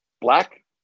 black